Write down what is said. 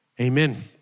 Amen